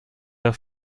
der